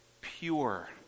pure